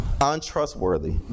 untrustworthy